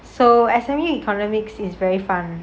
so actually economics is very fun